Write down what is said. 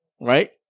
right